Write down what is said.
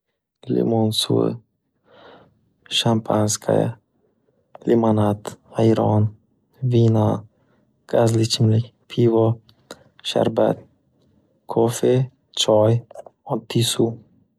Limon suvi, shampanskaya, limonad, ayron, vino, gazli ichimlik, pivo, sharbat, kofe, choy, oddiy suv.